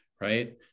right